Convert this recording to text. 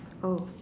oh